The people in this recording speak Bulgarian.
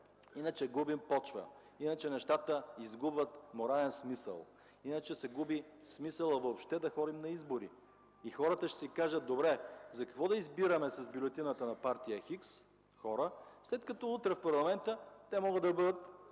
иначе губим почва. Иначе нещата изгубват морален смисъл. Иначе се губи въобще смисълът да ходим на избори. Хората ще си кажат: добре, за какво да избираме хора с бюлетината на партия „хикс”, след като утре в парламента те могат да бъдат